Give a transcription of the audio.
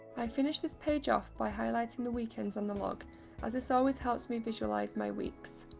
i finished this page off by highlighting the weekends on the log as this always helps me visualise my weeks.